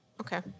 Okay